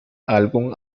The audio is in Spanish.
álbum